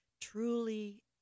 truly